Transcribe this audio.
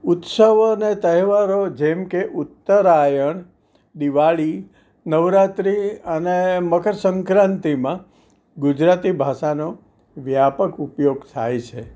ઉત્સવો અને તહેવારો જેમ કે ઉત્તરાયણ દિવાળી નવરાત્રિ અને મકરસંક્રાન્તિમાં ગુજરાતી ભાષાનો વ્યાપક ઉપયોગ થાય છે